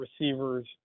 receivers